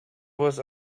was